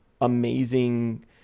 amazing